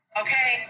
okay